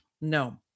No